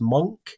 Monk